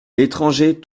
étrangers